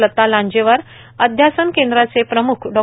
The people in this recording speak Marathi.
लता लांजेवार अध्यासन केंद्राचे प्रम्ख डॉ